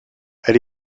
elle